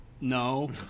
no